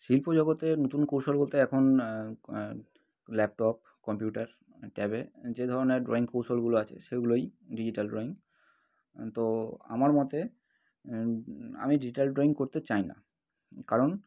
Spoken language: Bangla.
শিল্প জগতের নতুন কৌশল বলতে এখন ল্যাপটপ কম্পিউটার ট্যাবে যে ধরনের ড্রয়িং কৌশলগুলো আছে সেগুলোই ডিজিট্যাল ড্রয়িং তো আমার মতে আমি ডিজিট্যাল ড্রয়িং করতে চাই না কারণ